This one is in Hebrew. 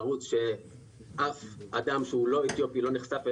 ערוץ שאף אדם שהוא לא אתיופי לא נחשף אליו,